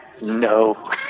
No